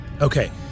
Okay